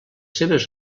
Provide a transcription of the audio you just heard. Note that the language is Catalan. seves